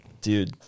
dude